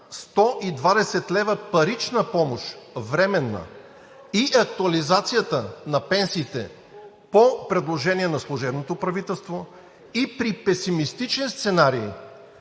временна парична помощ и актуализацията на пенсиите, по предложение на служебното правителство и при песимистичен сценарий,